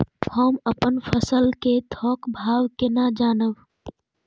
हम अपन फसल कै थौक भाव केना जानब?